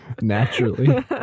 Naturally